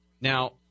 Now